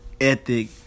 ethic